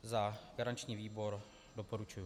Za garanční výbor doporučuji.